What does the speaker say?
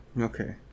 okay